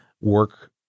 work